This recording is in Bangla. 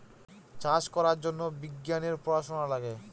চাষ করার জন্য বিজ্ঞানের পড়াশোনা লাগে